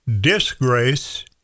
Disgrace